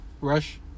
Rush